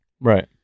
Right